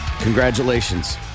Congratulations